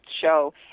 show